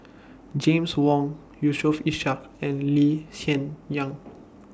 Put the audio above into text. James Wong Yusof Ishak and Lee Hsien Yang